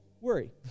worry